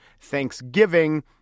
Thanksgiving